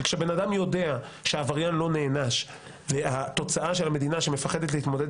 כשבן אדם יודע שעבריין לא נענש והתוצאה של המדינה שמפחדת להתמודד